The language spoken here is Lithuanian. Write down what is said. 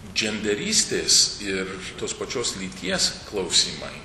dženderystės ir tos pačios lyties klausimai